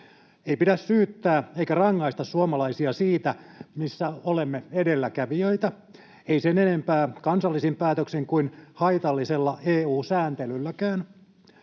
Ei pidä syyttää eikä rangaista suomalaisia siitä, missä olemme edelläkävijöitä, ei sen enempää kansallisin päätöksin kuin haitallisella EU-sääntelylläkään.